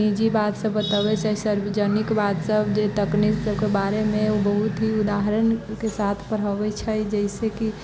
निजी बातसभ बतबैत छै सर्वजनिक बातसभ तकनीक सभके बारेमे ओ बहुत ही उदाहरणके साथ पढ़बैत छै जैसेकि